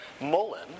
Mullen